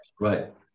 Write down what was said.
Right